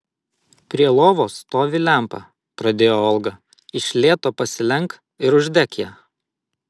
prie lovos stovi lempa pradėjo olga iš lėto pasilenk ir uždek ją